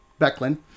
Becklin